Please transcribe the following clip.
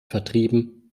vertrieben